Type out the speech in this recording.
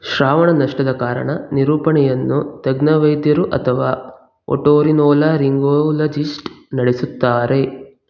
ಶ್ರವಣ ನಷ್ಟದ ಕಾರಣ ನಿರೂಪಣೆಯನ್ನು ತಜ್ಞ ವೈದ್ಯರು ಅಥವಾ ಓಟೋರಿನೋಲಾರಿಂಗೋಲಜಿಸ್ಟ್ ನಡೆಸುತ್ತಾರೆ